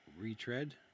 retread